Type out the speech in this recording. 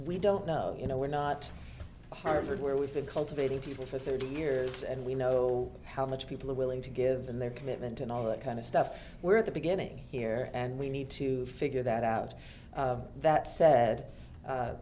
we don't know you know we're not harvard where we've been cultivating people for thirty years and we know how much people are willing to give in their commitment and all that kind of stuff we're at the beginning here and we need to figure that out that said